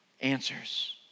answers